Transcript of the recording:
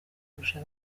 kurusha